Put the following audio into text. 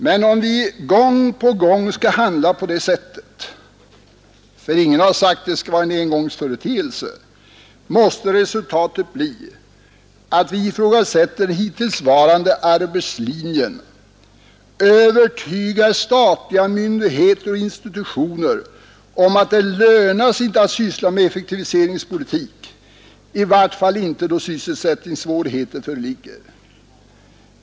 Men om vi gång på gång skall handla på det sättet — ingen har sagt att det skall vara en engångsföreteelse — måste resultatet bli att vi ifrågasätter den hittillsvarande arbetslinjen, övertygar statliga myndigheter och institutioner om att det inte lönar sig att syssla med effektiviseringspolitik, i varje fall inte då sysselsättningssvårigheter föreligger.